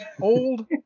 Old